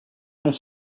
l’ont